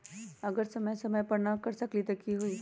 अगर समय समय पर न कर सकील त कि हुई?